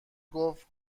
گفت